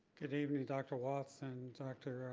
good evening, dr. walts and dr.